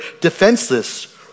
defenseless